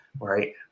Right